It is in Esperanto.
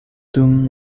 dum